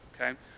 okay